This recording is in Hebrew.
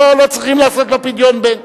לא צריכים לעשות לו פדיון בן.